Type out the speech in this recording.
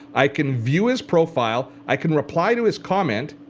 i can view his profile. i can reply to his comment,